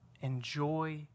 Enjoy